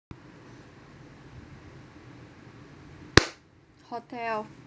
hotel